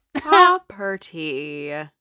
property